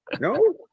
No